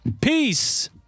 Peace